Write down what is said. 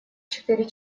четыре